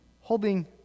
holding